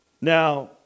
Now